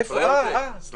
לא